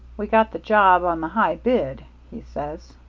we got the job on the high bid he says,